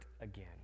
again